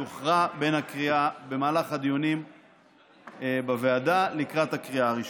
יוכרע במהלך הדיונים בוועדה לקראת הקריאה הראשונה.